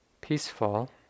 peaceful